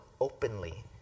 openly